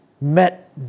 met